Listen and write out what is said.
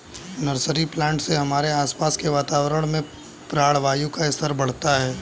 nursery plant से हमारे आसपास के वातावरण में प्राणवायु का स्तर बढ़ता है